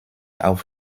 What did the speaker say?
auf